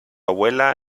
abuela